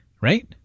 Right